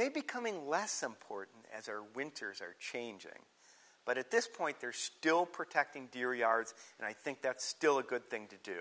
may becoming less important as our winters are changing but at this point there are still protecting deer yards and i think that's still a good thing to do